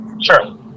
Sure